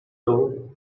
though